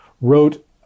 wrote